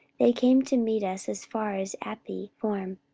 they came to meet us as far as appii forum,